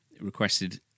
requested